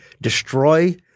destroy